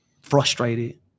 frustrated